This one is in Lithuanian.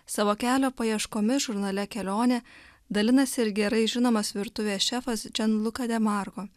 savo kelio paieškomis žurnale kelionė dalinasi ir gerai žinomas virtuvės šefas gian luka demarko